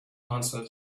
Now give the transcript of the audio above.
answered